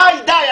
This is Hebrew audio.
די.